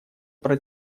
про